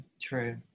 True